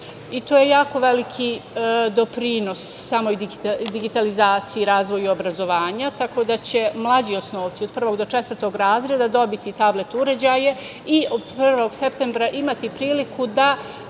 i to je jako veliki doprinos samoj digitalizaciji, razvoju obrazovanja, tako da će mlađi osnovci od prvog do četvrtog razreda dobiti tablet uređaje i od 1. septembra imati priliku da